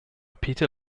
peter